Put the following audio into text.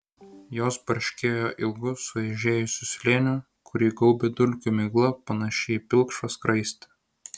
jos barškėjo ilgu suaižėjusiu slėniu kurį gaubė dulkių migla panaši į pilkšvą skraistę